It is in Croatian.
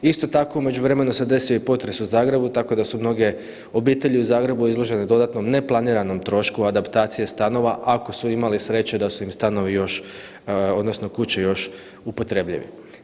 Isto tako, u međuvremenu se desio i potres u Zagrebu, tako da su mnoge obitelji u Zagrebu izložene dodatnom neplaniranom trošku adaptacije stanova, ako su imali sreće da su im stanovi još, odnosno kuće još upotrebljivi.